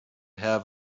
have